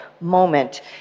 moment